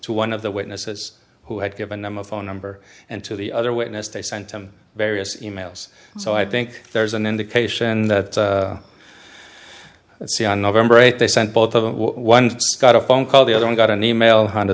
to one of the witnesses who had given them a phone number and to the other witness they sent him various e mails so i think there's an indication that i see on november eighth they sent both of them one got a phone call the other one got an e mail